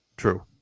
True